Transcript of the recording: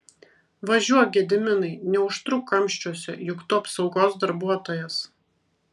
važiuok gediminai neužtruk kamščiuose juk tu apsaugos darbuotojas